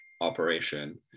operation